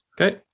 Okay